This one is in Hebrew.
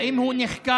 אם הוא נחקר.